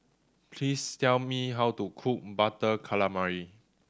please tell me how to cook Butter Calamari